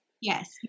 Yes